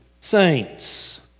saints